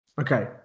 Okay